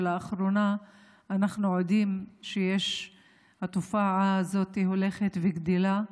שלאחרונה אנחנו עדים לכך שהתופעה הזאת הולכת וגדלה,